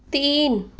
तीन